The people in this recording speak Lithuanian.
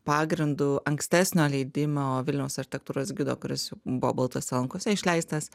pagrindu ankstesnio leidimo vilniaus architektūros gido kuris jau buvo baltose lankose išleistas